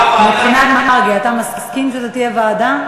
הכנסת מרגי, אתה מסכים שזאת תהיה ועדה?